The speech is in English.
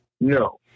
No